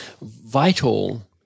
vital